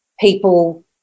people